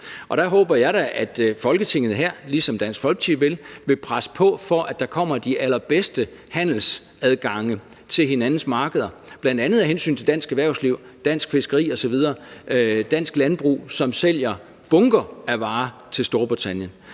og der håber jeg da, at Folketinget her, ligesom Dansk Folkeparti vil, vil presse på, for at der kommer de allerbedste handelsadgange til hinandens markeder, bl.a. af hensyn til dansk erhvervsliv, dansk fiskeri, dansk landbrug osv., som sælger bunker af varer til Storbritannien.